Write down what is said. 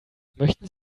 möchten